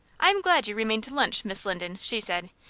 i am glad you remained to lunch, miss linden, she said.